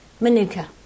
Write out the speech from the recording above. Manuka